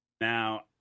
Now